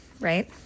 right